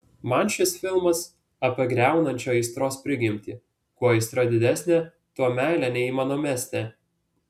man šis filmas apie griaunančią aistros prigimtį kuo aistra didesnė tuo meilė neįmanomesnė